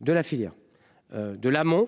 de la filière. De l'amont.